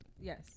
Yes